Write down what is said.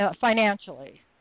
financially